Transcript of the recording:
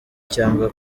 cyangwa